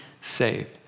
saved